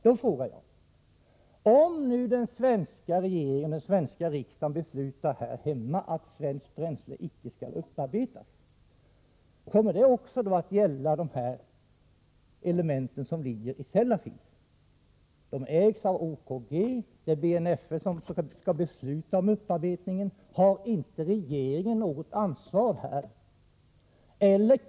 Då frågar jag: Om nu den svenska regeringen och riksdagen beslutar här hemma att svenskt bränsle icke skall upparbetas, kommer detta också att gälla dessa element som ligger i Sellafield? De ägs av OKG, och det är BNFL som skall besluta om upparbetning. Har inte regeringen något ansvar?